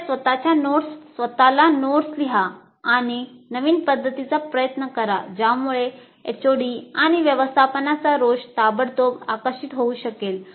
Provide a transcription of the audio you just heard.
आपल्या स्वत च्या नोट्स 'स्वतःला नोट्स' लिहा आणि नवीन पद्धतींचा प्रयत्न करा ज्यामुळे एचओडी आणि व्यवस्थापनाचा रोष ताबडतोब आकर्षित होऊ शकेल